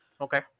Okay